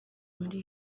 muri